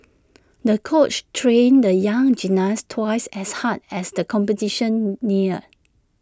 the coach trained the young gymnast twice as hard as the competition neared